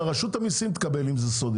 שרשות המיסים תקבל את האישור הזה אם הוא סודי.